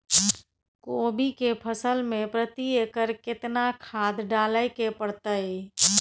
कोबी के फसल मे प्रति एकर केतना खाद डालय के परतय?